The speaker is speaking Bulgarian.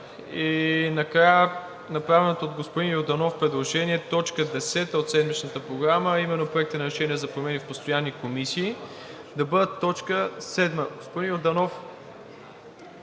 И накрая направеното от господин Йорданов предложение т. 10 от седмичната Програма, а именно Проектът на решение за промени в постоянни комисии, да бъде т. 7. Господин Йорданов,